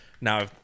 Now